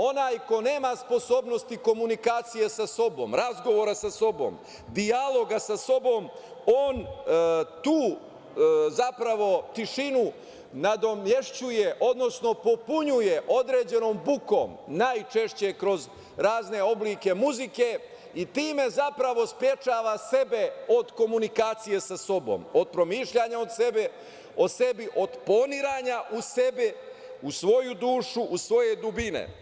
Onaj ko nema sposobnosti komunikacije sa sobom, razgovora sa sobom, dijaloga sa sobom, on tu zapravo tišinu nadomešćuje, odnosno popunjuje određenom bukom, najčešće kroz razne oblike muzike i time zapravo sprečava sebe od komunikacije sa sobom, od promišljanja o sebi, od poniranja u sebe, svoju dušu, svoje dubine.